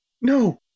No